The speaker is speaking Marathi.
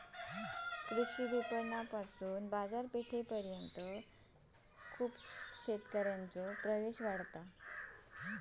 कृषी विपणणातना बाजारपेठेपर्यंत शेतकऱ्यांचो प्रवेश वाढता